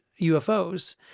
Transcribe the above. UFOs